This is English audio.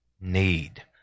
need